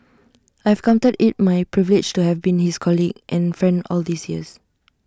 I counted IT my privilege to have been his colleague and friend all these years